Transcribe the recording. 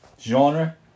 genre